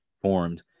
formed